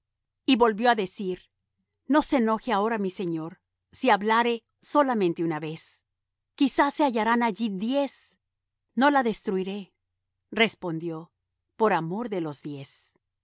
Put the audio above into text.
y volvió á decir no se enoje ahora mi señor si hablare solamente una vez quizá se hallarán allí diez no la destruiré respondió por amor de los diez